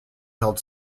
held